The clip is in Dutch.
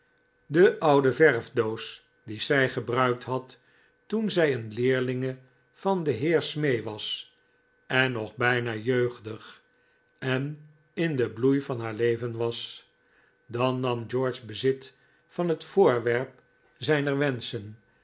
de oude verfdoos die zij gebruikt had toen zij een leerlinge van den heer smee was en nog bijna jeugdig en in den bloei van haar leven was dan nam george bezit van het voorwerp zijner wenschen